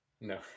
no